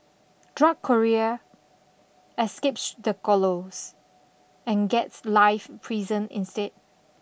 drug courier escapes the gallows and gets life prison instead